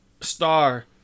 star